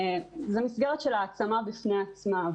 היא מסגרת של העצמה בפני עצמה,